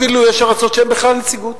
אפילו יש ארצות שאין בהן בכלל נציגות,